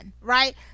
right